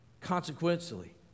consequently